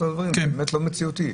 זה לא מציאותי.